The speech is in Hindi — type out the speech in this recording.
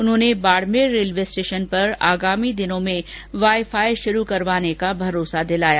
उन्होंने बाडमेर रेलवे स्टेशन पर आगामी दिनों में वाईफाई शुरु करवाने का भरोसा दिलाया